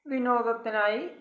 വിനോദത്തിനായി